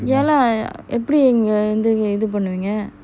ya lah எப்டி இவங்க இந்த இது பண்ணுவீங்க:epdi ivanga intha ithu pannuveenga